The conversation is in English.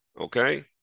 okay